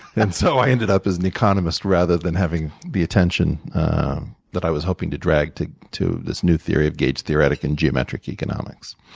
and so i ended up as an economist rather than having the attention that i was hoping to drag to to this new theory of gates theoretic and geometric economics.